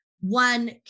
one